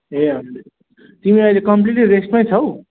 ए हजुर तिमी अहिले कम्प्लिट्ली रेस्टमै छौ